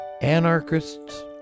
anarchists